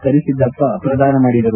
ಕರಿಸಿದ್ದಪ್ಪ ಪ್ರದಾನ ಮಾಡಿದರು